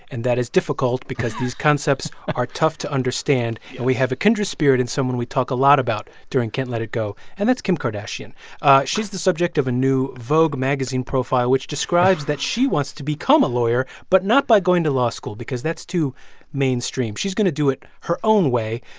and that is difficult because these concepts are tough to understand. and we have a kindred spirit in someone we talk a lot about during can't let it go, and that's kim kardashian she's the subject of a new vogue magazine profile which describes that she wants to become a lawyer, but not by going to law school, because that's too mainstream. she's going to do it her own way.